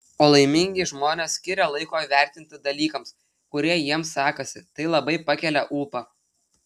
o laimingi žmonės skiria laiko įvertinti dalykams kurie jiems sekasi tai labai pakelia ūpą